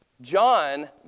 John